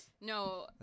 No